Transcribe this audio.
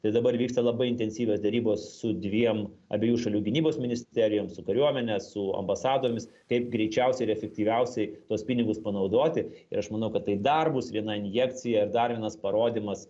tai dabar vyksta labai intensyvios derybos su dviem abiejų šalių gynybos ministerijom su kariuomene su ambasadomis kaip greičiausia ir efektyviausiai tuos pinigus panaudoti ir aš manau kad tai dar bus viena injekcija ir dar vienas parodymas